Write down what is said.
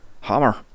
hammer